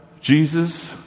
Jesus